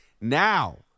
Now